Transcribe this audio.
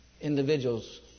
individuals